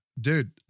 Dude